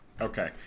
Okay